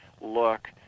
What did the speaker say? look